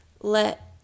let